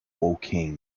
woking